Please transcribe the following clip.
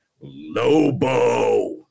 Lobo